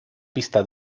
pista